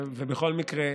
בכל מקרה,